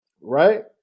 right